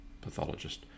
pathologist